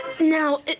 Now